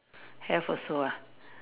have also ah